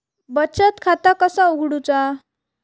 बचत खाता कसा उघडूचा?